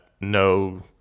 no